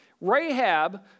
Rahab